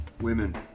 Women